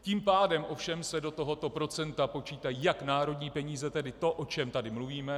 Tím pádem se ovšem do tohoto procenta počítají jak národní peníze, tedy to, o čem tady mluvíme.